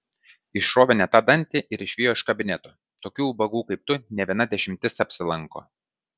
išrovė ne tą dantį ir išvijo iš kabineto tokių ubagų kaip tu ne viena dešimtis apsilanko